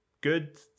good